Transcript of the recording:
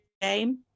game